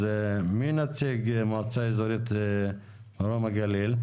אז מי נציג המועצה האזורית מרום הגליל?